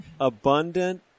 Abundant